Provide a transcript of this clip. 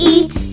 Eat